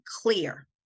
clear